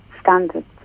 standards